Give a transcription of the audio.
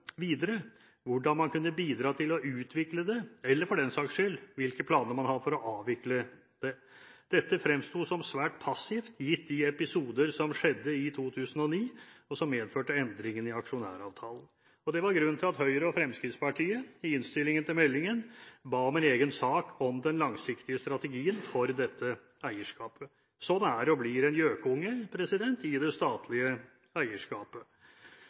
videre, hvordan man kunne bidra til å utvikle det, eller for den saks skyld hvilke planer man har for å avvikle det. Dette fremsto som svært passivt gitt de episoder som skjedde i 2009, og som medførte endringene i aksjonæravtalen. Det var grunnen til at Høyre og Fremskrittspartiet i innstillingen til meldingen ba om en egen sak om den langsiktige strategien for dette eierskapet. Sånn er det å bli en gjøkunge i det statlige eierskapet.